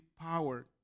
power